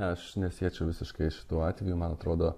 aš nesiečiau visiškai šituo atveju man atrodo